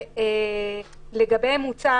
שלגביהם הוצע